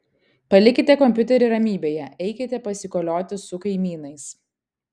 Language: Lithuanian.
palikite kompiuterį ramybėje eikite pasikolioti su kaimynais